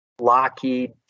Lockheed